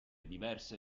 diverse